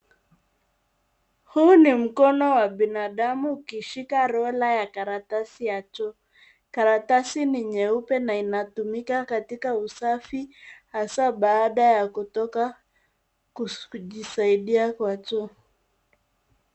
Huu ni mkono wa binadamu ukishika rola ya karatasi ya choo. Karatasi ni nyeupe na inatumika katika usafi, hasa baada ya kutoka kujisaidia kwa choo.